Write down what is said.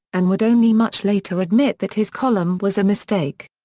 and would only much later admit that his column was a mistake.